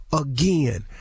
Again